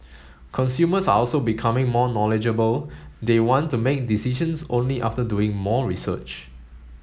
consumers are also becoming more knowledgeable they want to make decisions only after doing more research